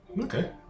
Okay